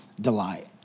delight